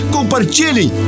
Compartilhem